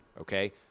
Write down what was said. okay